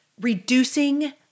reducing